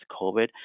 COVID